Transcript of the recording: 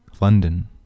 London